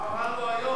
מה רע לו היום?